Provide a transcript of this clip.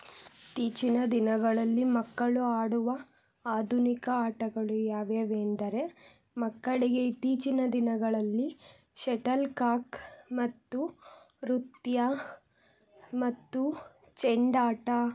ಇತ್ತೀಚಿನ ದಿನಗಳಲ್ಲಿ ಮಕ್ಕಳು ಆಡುವ ಆಧುನಿಕ ಆಟಗಳು ಯಾವ್ಯಾವೆಂದರೆ ಮಕ್ಕಳಿಗೆ ಇತ್ತೀಚಿನ ದಿನಗಳಲ್ಲಿ ಶಟಲ್ ಕಾಕ್ ಮತ್ತು ನೃತ್ಯ ಮತ್ತು ಚೆಂಡಾಟ